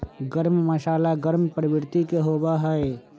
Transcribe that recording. गर्म मसाला गर्म प्रवृत्ति के होबा हई